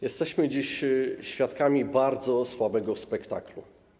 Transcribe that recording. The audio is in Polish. Jesteśmy dziś świadkami bardzo słabego spektaklu.